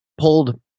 pulled